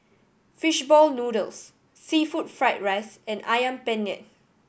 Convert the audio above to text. fish ball noodles seafood fried rice and Ayam Penyet